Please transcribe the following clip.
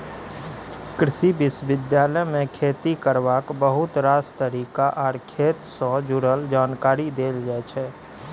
कृषि विश्वविद्यालय मे खेती करबाक बहुत रास तरीका आर खेत सँ जुरल जानकारी देल जाइ छै